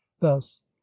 thus